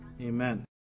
Amen